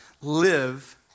live